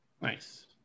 Nice